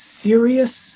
serious